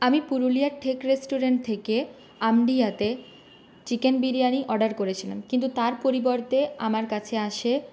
আমি পুরুলিয়ার ঠেক রেস্টুরেন্ট থেকে আমডিহাতে চিকেন বিরিয়ানি অর্ডার করেছিলাম কিন্তু তার পরিবর্তে আমার কাছে আসে